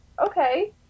okay